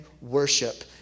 worship